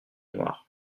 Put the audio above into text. noires